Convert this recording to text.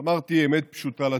ואמרתי אמת פשוטה לציבור: